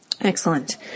Excellent